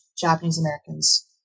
Japanese-Americans